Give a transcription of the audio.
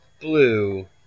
blue